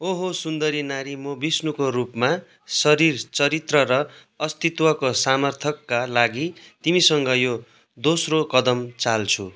ओहो सुन्दरी नारी म विष्णुका रूपमा शरीर चरित्र र अस्तित्वको सामर्थ्यका लागि तिमीसँग यो दोस्रो कदम चाल्छु